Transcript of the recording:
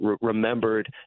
remembered